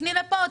תפני לפה,